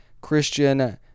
Christian